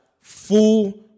full